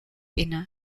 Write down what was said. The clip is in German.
inne